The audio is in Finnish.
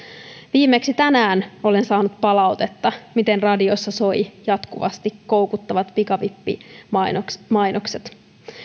viimeksi tänään olen saanut palautetta miten radiossa soivat jatkuvasti koukuttavat pikavippimainokset